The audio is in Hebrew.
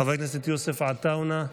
חבר הכנסת יוסף עטאונה,